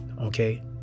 Okay